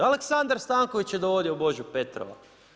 Aleksandar Stanković je dovodio Božu Petrova.